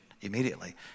immediately